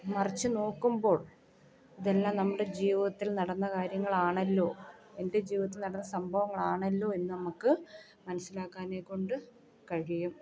മറിച്ചും നോക്കുമ്പോൾ ഇതെല്ലാം നമ്മുടെ ജീവിതത്തിൽ നടന്ന കാര്യങ്ങളാണല്ലോ എൻ്റെ ജീവിതത്തിൽ നടന്ന സംഭവങ്ങളാണല്ലോ എന്ന് നമുക്ക് മനസ്സിലാക്കാനേകൊണ്ട് കഴിയും